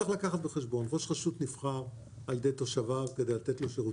צריך לקחת בחשבון ראש רשות נבחר על-ידי תושביו כדי לתת להם שירותים.